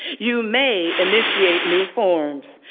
you may initiate new forms.